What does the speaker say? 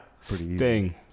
Sting